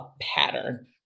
pattern